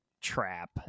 trap